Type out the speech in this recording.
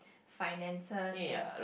finances and